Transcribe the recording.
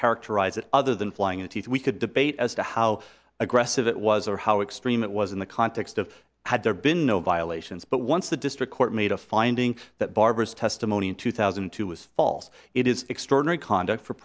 characterize it other than flying itif we could debate as to how aggressive it was or how extreme it was in the context of had there been no violations but once the district court made a finding that barbara's testimony in two thousand and two was false it is extraordinary conduct for